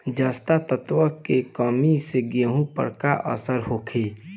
जस्ता तत्व के कमी से गेंहू पर का असर होखे?